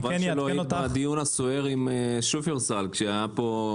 חבל שלא היית בדיון הסוער עם שופרסל שהיה פה,